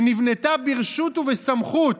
שנבנתה ברשות ובסמכות,